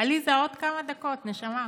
עליזה, עוד כמה דקות, נשמה.